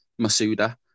Masuda